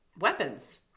weapons